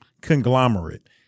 conglomerate